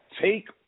Take